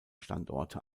standorte